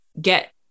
get